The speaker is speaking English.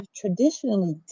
traditionally